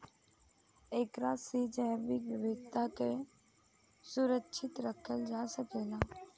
एकरा से जैविक विविधता के सुरक्षित रखल जा सकेला